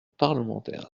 parlementaires